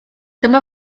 dyma